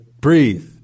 breathe